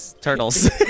Turtles